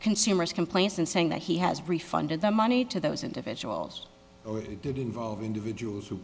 consumers complaints and saying that he has refunded the money to those individuals or it did involve individuals who